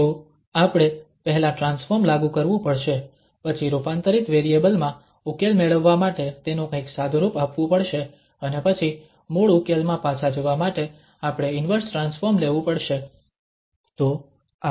તો આપણે પહેલા ટ્રાન્સફોર્મ લાગુ કરવું પડશે પછી રૂપાંતરિત વેરિયેબલ માં ઉકેલ મેળવવા માટે તેનું કંઈક સાદુરૂપ આપવું પડશે અને પછી મૂળ ઉકેલમાં પાછા જવા માટે આપણે ઇન્વર્સ ટ્રાન્સફોર્મ લેવું પડશે